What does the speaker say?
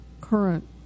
current